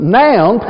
noun